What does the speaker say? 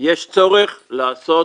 יש צורך לעשות